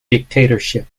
dictatorship